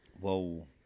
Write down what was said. Whoa